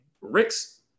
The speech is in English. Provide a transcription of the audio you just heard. Rick's